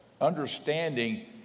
understanding